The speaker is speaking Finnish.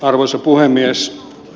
arvoisa puhemies